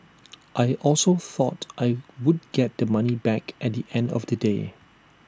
I also thought I would get the money back at the end of the day